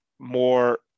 more